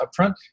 upfront